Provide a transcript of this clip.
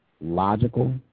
logical